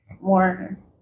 more